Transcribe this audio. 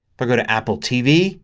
but go to apple tv